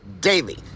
daily